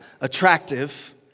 attractive